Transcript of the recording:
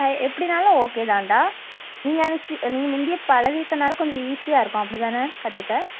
அது எப்படினாலும் ஓகே தான்டா நீங்கள் அனுப்பிசி ஆ நீங்கள் முந்தியே பழகிறக்கனால கொஞ்சம் ஈஸியாக இருக்கும் அப்படிதான கற்றுக்க